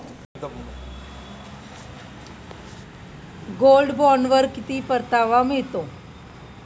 Gold बॉण्डवर किती परतावा मिळतो?